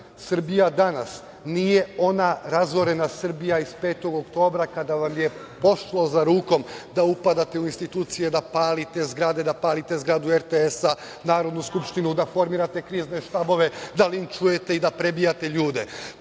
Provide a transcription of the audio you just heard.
Srbija danas nije ona razorena Srbija iz 5. oktobra, kada vam je pošlo za rukom da upadate u institucije, da palite zgrade, da palite zgradu RTS-a, Narodnu skupštinu, da formirate krizne štabove, da linčujete i da prebijate ljude.